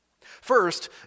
First